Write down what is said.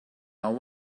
are